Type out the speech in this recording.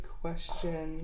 question